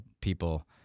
people